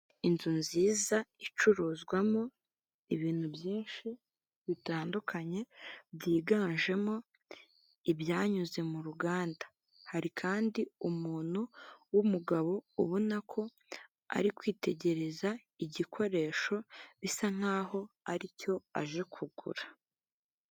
Inzu nziza icuruzwamo ibintu byinshi bitandukanye byiganjemo ibyanyuze mu ruganda, hari kandi umuntu w'umugabo ubona ko ari kwitegereza igikoresho bisa nkaho aricyo aje kugura.